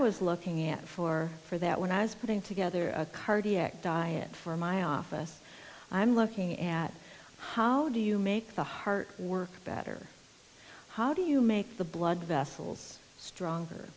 was looking at for for that when i was putting together a cardiac diet for my office i'm looking at how do you make the heart work better how do you make the blood vessels stronger